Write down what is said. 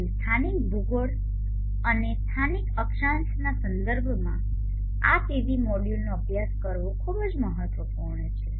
તેથી સ્થાનિક ભૂગોળ અને સ્થાનિક અક્ષાંશના સંદર્ભમાં આ પીવી મોડ્યુલનો અભ્યાસ કરવો ખૂબ જ મહત્વપૂર્ણ છે